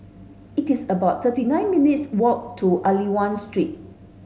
it is about thirty nine minutes' walk to Aliwal Street